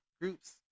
groups